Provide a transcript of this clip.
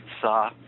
saw